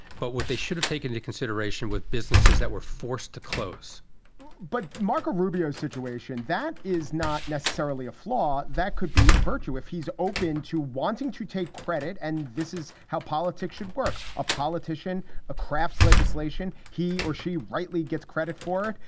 but what they should have taken into consideration with businesses that were forced to close but marco rubio's situation, that is not necessarily a flaw. that could be a virtue if he's open to wanting to take credit. and this is how politics should work. a politician ah craft legislation. he or she rightly gets credit for it.